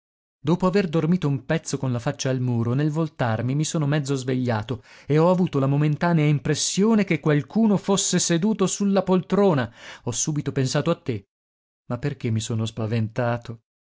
dopo aver dormito un pezzo con la faccia al muro nel voltarmi mi sono mezzo svegliato e ho avuto la momentanea impressione che qualcuno fosse seduto su la poltrona ho subito pensato a te ma perché mi sono spaventato